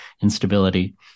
instability